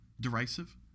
derisive